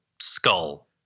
skull